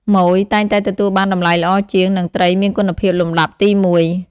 ម៉ូយ តែងតែទទួលបានតម្លៃល្អជាង និងត្រីមានគុណភាពលំដាប់ទីមួយ។